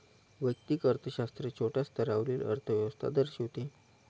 वैयक्तिक अर्थशास्त्र छोट्या स्तरावरील अर्थव्यवस्था दर्शविते